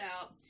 out